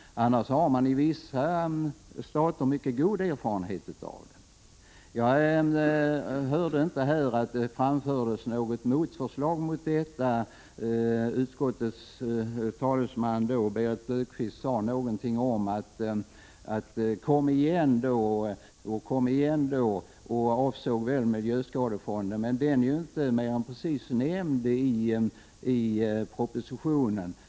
Annars har man i vissa stater mycket goda erfarenheter av detta system. Jag har inte hört att det här har framförts något motförslag. Utskottets talesman, Berit Löfstedt, sade ”Kom igen om ni inte är nöjda” och avsåg väl miljöskadefonden. Den är emellertid inte mer än precis nämnd i propositionen.